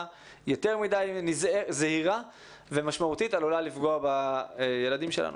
יותר מדי זהירה ומשמעותית עלולה לפגוע בילדים שלנו.